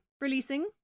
releasing